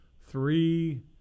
three